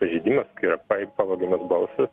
pažeidimas kai yra pavogiamas balsas